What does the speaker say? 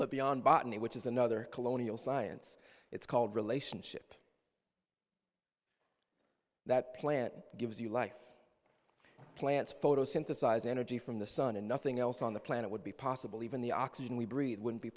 but beyond botany which is another colonial science it's called relationship that plant gives you life plants photosynthesize energy from the sun and nothing else on the planet would be possible even the oxygen we breathe wouldn't be